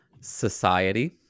Society